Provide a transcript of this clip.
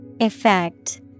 Effect